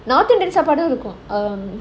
northern indian சாப்பாடும் இருக்கும்:saapaadum irukkum